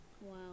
Wow